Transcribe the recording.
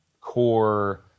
core